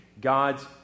God's